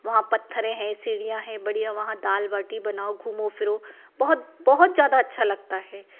वहाँ पत्थरे हैं सीढ़ियाँ हैं बढ़िया वहाँ दाल बाटी बनाओ घूमो फिरो बहुत बहुत ज़्यादा अच्छा लगता है